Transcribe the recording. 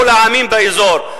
כל העמים באזור,